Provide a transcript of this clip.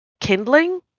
kindling